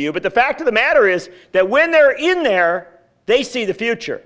to you but the fact of the matter is that when they're in there they see the future